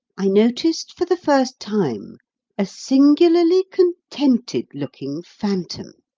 i noticed for the first time a singularly contented-looking phantom,